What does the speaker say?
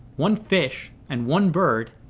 one fish, and one bird,